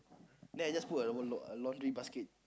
then I just put at the laun~ laundry basket